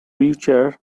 future